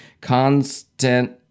constant